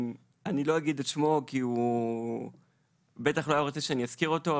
שאני לא אגיד את שמו כי הוא בטח לא היה רוצה שאני אזכיר אותו,